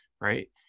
right